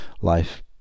life